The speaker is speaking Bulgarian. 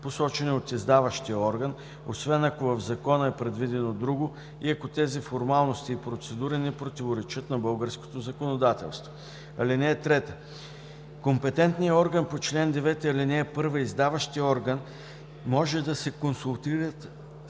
посочени от издаващия орган, освен ако в Закона е предвидено друго и ако тези формалности и процедури не противоречат на българското законодателство. (3) Компетентният орган по чл. 9, ал. 1 и издаващият орган може да се консултират